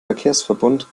verkehrsverbund